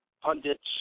pundits